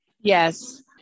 Yes